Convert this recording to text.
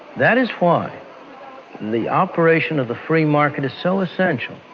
that is why the operation of the free market is so essential.